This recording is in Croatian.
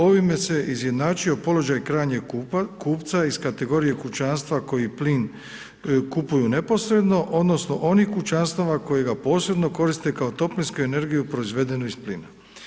Ovime se izjednačio položaj krajnjeg kupca iz kategorije kućanstva koji plin kupuju neposredno odnosno onih kućanstava koji ga posebno koriste kao toplinsku energiju proizvedenu iz plina.